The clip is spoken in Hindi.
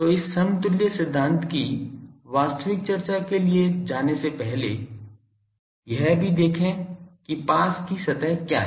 तो इस समतुल्य सिद्धांत की वास्तविक चर्चा के लिए जाने से पहले यह भी देखें कि पास की सतह क्या है